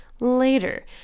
later